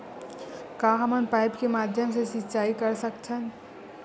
का हमन पाइप के माध्यम से सिंचाई कर सकथन?